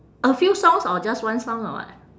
a few songs or just one song or what